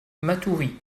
matoury